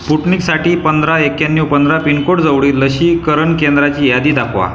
स्पुटनिकसाठी पंधरा एक्क्याण्णव पंधरा पिनकोड जवळील लसीकरन केंद्राची यादी दाखवा